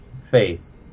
faith